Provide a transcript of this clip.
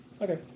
Okay